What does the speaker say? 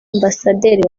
ambasaderi